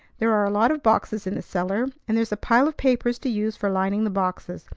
there are a lot of boxes in the cellar, and there's a pile of papers to use for lining the boxes.